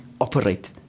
operate